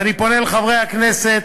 ואני פונה לחברי הכנסת,